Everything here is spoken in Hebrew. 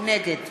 נגד